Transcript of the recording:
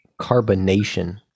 carbonation